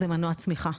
זה מנוע צמיחה.